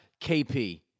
KP